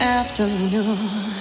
afternoon